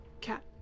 Cat